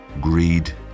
Greed